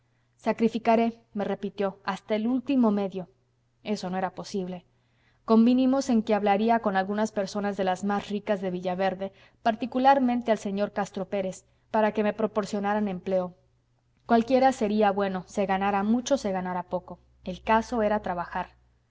estudios sacrificaré me repitió hasta el último medio eso no era posible convinimos en que hablaría con algunas personas de las más ricas de villaverde particularmente al señor castro pérez para que me proporcionaran empleo cualquiera sería bueno se ganara mucho se ganara poco el caso era trabajar